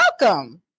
welcome